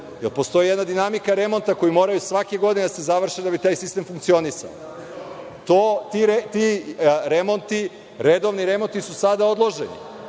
jer postoji jedna dinamika remonta koja mora svake godine da se završi da bi taj sistem funkcionisao. Ti redovni remonti su sada odloženi